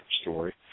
story